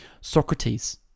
socrates